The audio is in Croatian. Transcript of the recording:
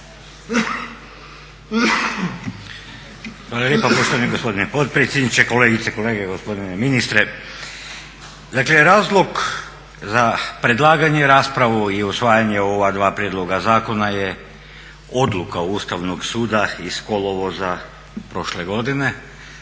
Hvala lijepa gospodine potpredsjedniče, kolegice i kolege, gospodine ministre. Dakle razlog za predlaganje i raspravu i usvajanje ova dva prijedloga zakona je odluka Ustavnog suda iz kolovoza prošle godine